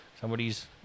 somebody's